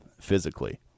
physically